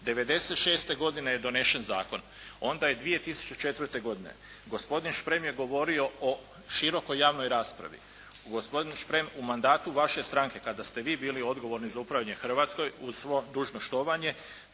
1996. godine je donesen zakon. Onda je 2004. godine. Gospodin Šprem je govorio o širokoj javnoj raspravi. Gospodine Šprem, u mandatu vaše stranke kada ste vi bili odgovorni za upravljanje Hrvatskom uz svo dužno štovanje